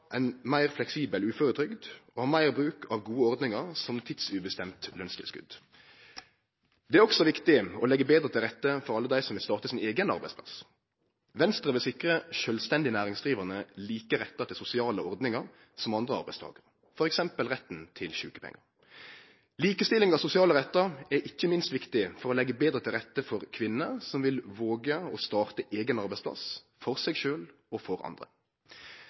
meir fleksibel uføretrygd og meir bruk av gode ordningar, som tidsubestemt lønstilskot. Det er også viktig å leggje betre til rette for alle dei som vil starte sin eigen arbeidsplass. Venstre vil sikre sjølvstendig næringsdrivande like rettar til sosiale ordningar som andre arbeidstakarar, f.eks. retten til sjukepengar. Likestilling av sosiale rettar er ikkje minst viktig for å leggje betre til rette for kvinner som vil våge å starte eigen arbeidsplass – for seg sjølv og andre.